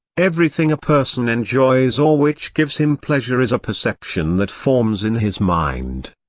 everything a person enjoys or which gives him pleasure is a perception that forms in his mind.